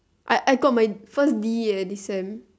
I I got my first D eh this sem